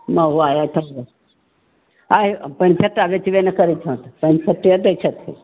आँहे पानि फेट्टा बेचबे नहि करै छियै तऽ पानि फेट्टे दै छथिन